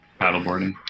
Paddleboarding